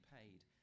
paid